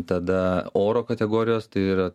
tada oro kategorijos tai yra